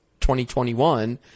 2021